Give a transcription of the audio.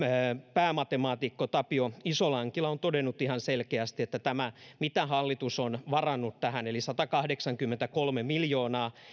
päämatemaatikko tapio isolankila on todennut ihan selkeästi että tämä mitä hallitus on varannut tähän eli satakahdeksankymmentäkolme miljoonaa